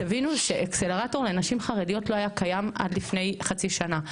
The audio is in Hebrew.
תבינו שאקסלרטור לנשים חרדיות לא היה קיים עד לפני חצי שנה.